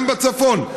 גם בצפון,